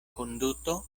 konduto